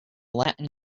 latin